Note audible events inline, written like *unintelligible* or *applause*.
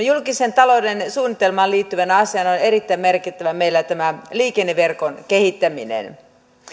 *unintelligible* julkisen talouden suunnitelmaan liittyvänä asiana on erittäin merkittävä meillä tämä liikenneverkon kehittäminen